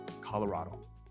Colorado